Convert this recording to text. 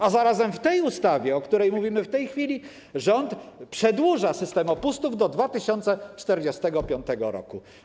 A zarazem w tej ustawie, o której mówimy w tej chwili, rząd przedłuża system opustów do 2045 r.